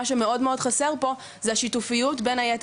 בוקר טוב,